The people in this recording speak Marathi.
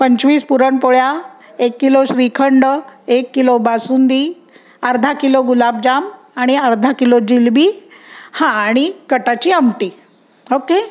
पंचवीस पुरणपोळ्या एक किलो श्रीखंड एक किलो बासुंदी अर्धा किलो गुलाबजाम आणि अर्धा किलो जिलेबी हां आणि कटाची आमटी ओके